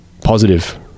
positive